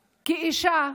כאישה,